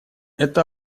это